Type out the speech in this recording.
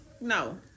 No